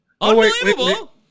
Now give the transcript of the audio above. Unbelievable